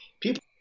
People